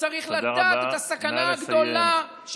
צריך לדעת את הסכנה הגדולה,